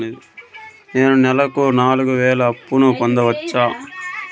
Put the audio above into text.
నేను నెలకు నాలుగు వేలు అప్పును పొందొచ్చా?